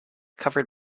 covered